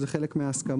זה חלק מההסכמות.